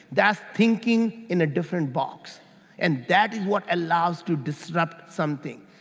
that's thinking in a different box and that is what allows to disrupt something.